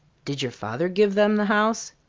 did your father give them the house?